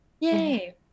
yay